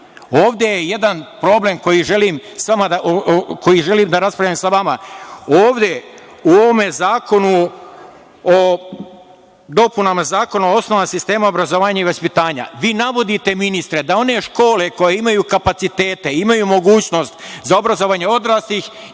je jedan problem koji želim da raspravim sa vama. Ovde, u ovome zakonu o dopunama Zakona o osnovama sistema obrazovanja i vaspitanja, vi navodite, ministre, da one škole koje imaju kapacitete, imaju mogućnost za obrazovanje odraslih